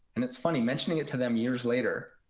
and it's funny. mentioning it to them years later,